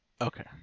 Okay